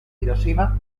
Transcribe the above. hiroshima